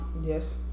yes